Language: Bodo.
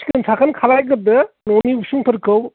सिखोन साखोन खालामग्रोदो न'नि उसुंफोरखौ